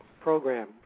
program